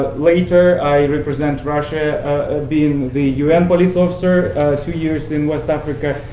later i represented russia being the un police officer two years in west africa.